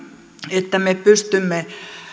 että me pystymme